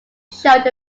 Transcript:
showed